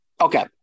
Okay